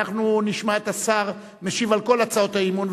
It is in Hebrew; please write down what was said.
אנחנו נשמע את השר משיב על כל הצעות האי-אמון,